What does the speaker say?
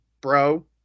bro